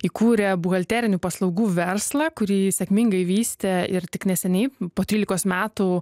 įkūrė buhalterinių paslaugų verslą kurį sėkmingai vystė ir tik neseniai po trylikos metų